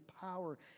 power